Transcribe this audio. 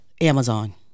Amazon